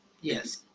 Yes